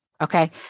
okay